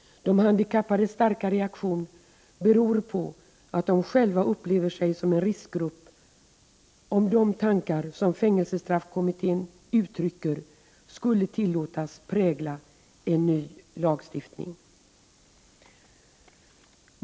De handikappades starka reaktion beror på att de själva upplever sig som en riskgrupp, om de tankar som fängelsestraffkommittén uttrycker skulle tillåtas prägla en ny lagstiftning.